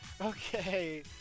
Okay